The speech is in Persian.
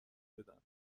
بدم